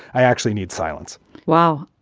i actually need silence wow.